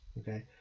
Okay